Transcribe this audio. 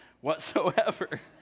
whatsoever